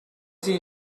seen